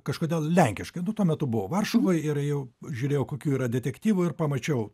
kažkodėl lenkiškai nu tuo metu buvau varšuvoje ir jau žiūrėjau kokių yra detektyvų ir pamačiau